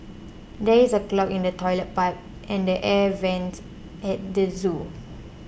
there is a clog in the Toilet Pipe and the Air Vents at the zoo